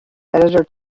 editor